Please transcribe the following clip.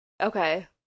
Okay